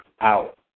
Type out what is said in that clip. out